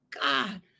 God